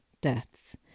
deaths